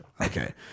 okay